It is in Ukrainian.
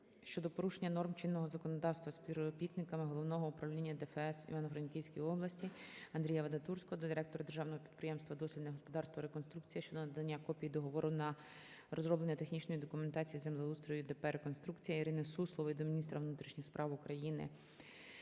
щодо порушення норм чинного законодавства співробітниками головного управління ДФС в Івано-Франківській області. Андрія Вадатурського до директора державного підприємства "Дослідне господарство "Реконструкція" щодо надання копії договору на розроблення технічної документаціїіз землеустрою ДП "Реконструкція". ІриниСуслової до міністра внутрішніх справ України,